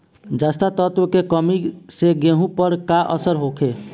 जस्ता तत्व के कमी से गेंहू पर का असर होखे?